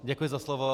Děkuji za slovo.